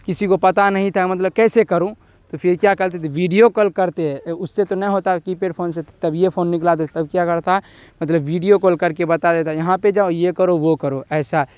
کسی کو پتہ نہیں تھا مطلب کیسے کروں تو پھر کیا کرتے تھے ویڈیو کال کرتے ہیں اس سے تو نہ ہوتا کی پید فون سے تب یہ فون نکلا تو تب کیا کرتا ہے مطلب ویڈیو کال کر کے بتا دیتا ہے یہاں پہ جاؤ یہ کرو وہ کرو